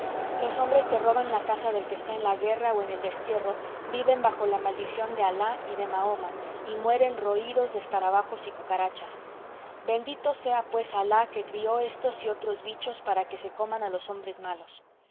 los hombres que roban la casa del que está en la guerra o en el destierro viven bajo la maldición de alah y de mahoma y mueren roídos de escarabajos y cucarachas bendito sea pues alah que crió estos y otros bichos para que se coman a los hombres malos